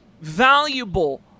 valuable